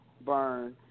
burn